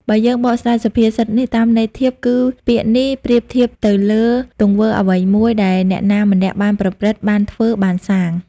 បើយើងបកស្រាយសុភាសិតនេះតាម ន័យធៀប គឺ ពាក្យនេះប្រៀបធៀបទៅលើទង្វើអ្វីមួយដែលអ្នកណាម្នាក់បានប្រព្រឹត្ត បានធ្វើ បានសាង ។